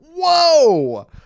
Whoa